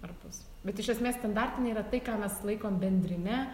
ar bus bet iš esmės standartinė yra tai ką mes laikom bendrine